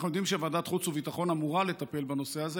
אנחנו יודעים שוועדת חוץ וביטחון אמורה לטפל בנושא הזה,